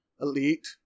elite